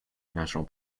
national